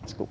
Værsgo.